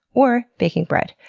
or baking bread.